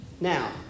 Now